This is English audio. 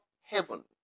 heaven